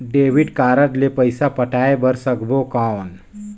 Debit card ले पइसा पटाय बार सकबो कौन?